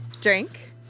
drink